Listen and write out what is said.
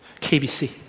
KBC